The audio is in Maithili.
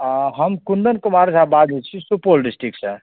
हम कुन्दन कुमार झा बाजै छी सुपौल डिस्टिकसँ